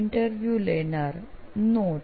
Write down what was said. interview લેનાર not